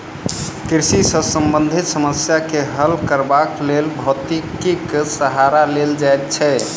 कृषि सॅ संबंधित समस्या के हल करबाक लेल भौतिकीक सहारा लेल जाइत छै